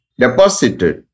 deposited